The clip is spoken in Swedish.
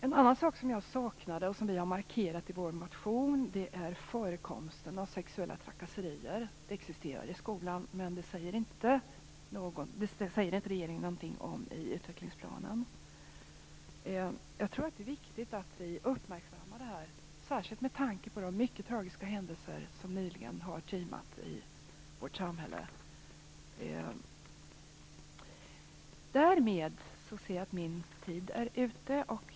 En annan sak som jag saknade, och som vi har markerat i vår motion, är förekomsten av sexuella trakasserier. Detta existerar i skolan men det säger inte regeringen något om i utvecklingsplanen. Jag tror att det är viktigt att vi uppmärksammar det här, särskilt med tanke på de mycket tragiska händelser som nyligen har inträffat i vårt samhälle. Därmed ser jag att min tid är ute.